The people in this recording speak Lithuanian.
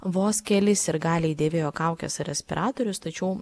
vos keli sirgaliai dėvėjo kaukes respiratorius tačiau